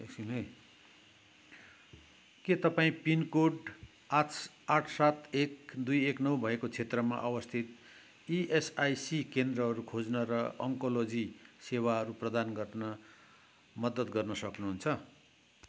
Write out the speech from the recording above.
एकछिन है के तपाईँँ पिनकोड आठ आठ सात एक दुई एक नौ भएको क्षेत्रमा अवस्थित इएसआइसी केन्द्रहरू खोज्न र ओन्कोलोजी सेवाहरू प्रदान गर्न मद्दत गर्न सक्नुहुन्छ